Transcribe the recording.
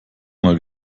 mal